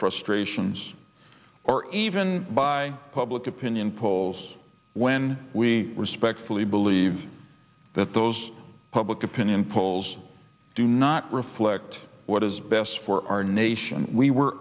frustrations or even by public opinion polls when we respectfully believe that those public opinion polls do not reflect what is best for our nation we were